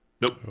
Nope